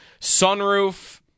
sunroof